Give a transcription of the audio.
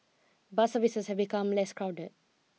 bus services have become less crowded